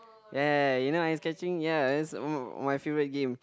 ya ya ya you know ice catching ya is my my favourite game